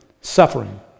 suffering